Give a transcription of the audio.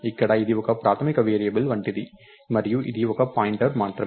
ఇక్కడ ఇది ఒక ప్రాథమిక వేరియబుల్ వంటిది మరియు ఇది ఒక పాయింటర్ మాత్రమే